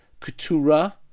Keturah